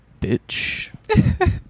bitch